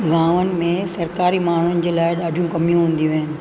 गामनि में सरकारी माण्हुनि जे लाइ ॾाढियूं कमियूं हूंदियूं आहिनि